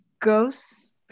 ghosts